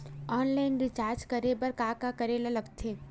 Online recharge करे बर का का करे ल लगथे?